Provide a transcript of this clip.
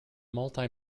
multi